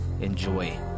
Enjoy